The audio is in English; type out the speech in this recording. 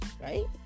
right